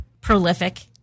Prolific